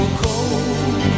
cold